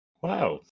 Wow